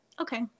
okay